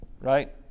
Right